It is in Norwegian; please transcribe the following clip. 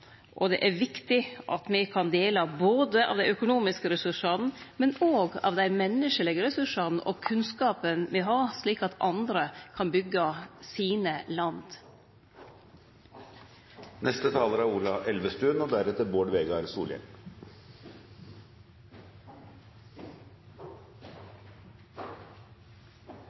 og det er viktig at me kan dele av dei økonomiske ressursane, men òg av dei menneskelege ressursane og kunnskapen me har, slik at andre kan byggje sine